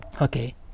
okay